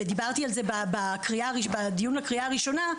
ודיברתי על זה בדיון לקריאה הראשונה,